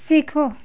सीखो